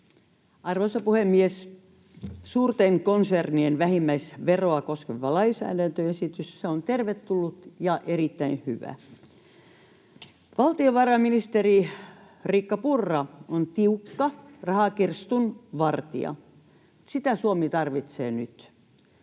Arvoisa puhemies! Suurten konsernien vähimmäisveroa koskeva lainsäädäntöesitys on tervetullut ja erittäin hyvä. Valtiovarainministeri Riikka Purra on tiukka rahakirstun vartija, sitä Suomi tarvitsee nyt.